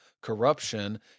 corruption